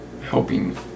helping